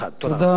תודה רבה.